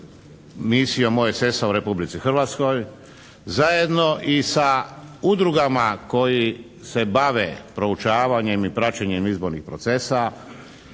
misijom OESS-a u Republici Hrvatskoj, zajedno i sa udrugama koji se bave proučavanjem i praćenjem izbornih procesa.